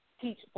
teach